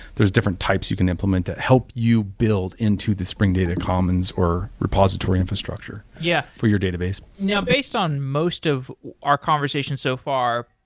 there is different types you can implement to help you build into the spring data commons, or repository infrastructure yeah for your database now based on most of our conversation so far,